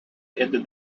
ended